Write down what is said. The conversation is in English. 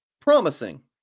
Promising